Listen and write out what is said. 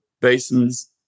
basins